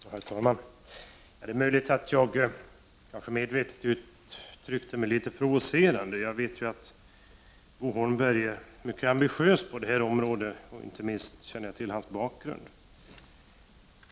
Herr talman! Det är möjligt att jag medvetet uttryckte mig litet provocerande. Jag vet ju att Bo Holmberg är mycket ambitiös när det gäller det här området, och jag känner inte minst till hans bakgrund.